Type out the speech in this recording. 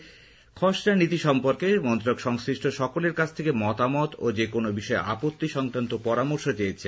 এই খসড়া সম্পর্কে মন্ত্রক সংশ্লিষ্ট সকলের কাছ থেকে মতামত ও যেকোন বিষয়ে আপত্তি সংক্রান্ত পরামর্শ চেয়েছে